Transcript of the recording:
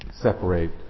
separate